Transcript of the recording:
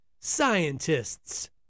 Scientists